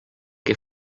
que